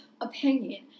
opinion